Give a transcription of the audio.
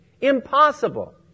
Impossible